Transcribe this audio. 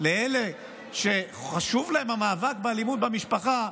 לאלה שחשוב להם המאבק באלימות במשפחה,